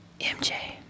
MJ